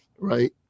right